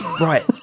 right